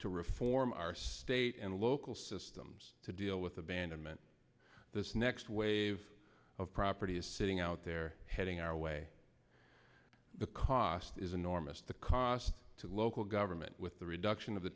to reform our state and local systems to deal with abandonment this next wave of property is sitting out there heading our way the cost is enormous the costs to local government with the reduction of the